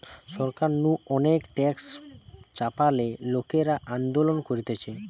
সরকার নু অনেক ট্যাক্স চাপালে লোকরা আন্দোলন করতিছে